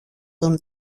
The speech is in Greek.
τον